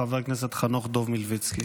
חבר הכנסת חנוך דב מלביצקי.